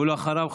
ואחריו,